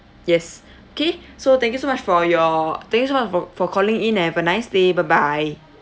yes okay so thank you so much for your thank you so much for for calling in and have a nice day bye bye